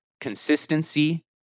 consistency